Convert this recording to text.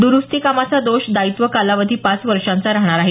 दरुस्ती कामाचा दोष दायित्व कालावधी पाच वर्षाचा राहणार आहे